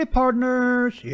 partners